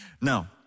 Now